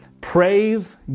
praise